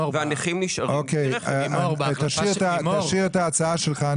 נשאיר את ההצעה שלך.